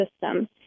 system